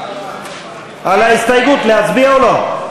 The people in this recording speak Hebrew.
על ההסתייגות, להצביע או לא?